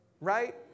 right